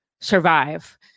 survive